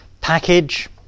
package